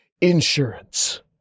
insurance